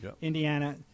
Indiana